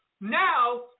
Now